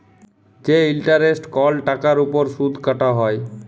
যে ইলটারেস্ট কল টাকার উপর সুদ কাটা হ্যয়